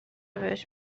بهش